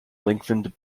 lengthened